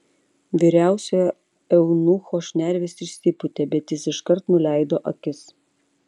vyriausiojo eunucho šnervės išsipūtė bet jis iškart nuleido akis